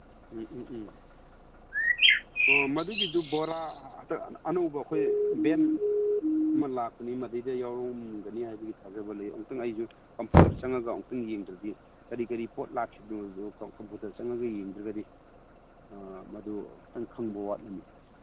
ꯎꯝ ꯎꯝ ꯎꯝ ꯑꯣ ꯃꯗꯨꯒꯤꯗꯨ ꯕꯣꯔꯥꯗ ꯑꯅꯧꯕ ꯑꯩꯈꯣꯏ ꯕꯦꯟ ꯑꯃ ꯂꯥꯛꯄꯅꯤ ꯑꯗꯩꯗ ꯌꯥꯎꯔꯝꯒꯅꯤ ꯍꯥꯏꯕꯒꯤ ꯊꯥꯖꯕ ꯂꯩ ꯑꯝꯇꯪ ꯑꯩꯁꯨ ꯀꯝꯄꯨꯇꯔꯗ ꯆꯪꯉꯒ ꯑꯝꯇꯪ ꯌꯦꯡꯗ꯭ꯔꯗꯤ ꯀꯔꯤ ꯀꯔꯤ ꯂꯥꯛꯈꯤꯕꯅꯣꯗꯨ ꯀꯝꯄꯨꯇꯔ ꯆꯪꯉꯒ ꯌꯦꯡꯗ꯭ꯔꯒꯗꯤ ꯃꯗꯨ ꯈꯤꯇꯪ ꯈꯪꯕ ꯋꯥꯠꯂꯅꯤ